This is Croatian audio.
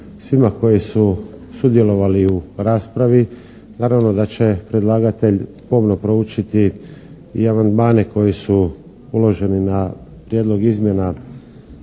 svima koji su sudjelovali u raspravi. Naravno da će predlagatelj pomno proučiti i amandmane koji su uloženi na prijedlog izmjena